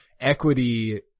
equity